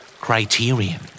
criterion